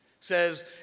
says